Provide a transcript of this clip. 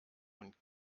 und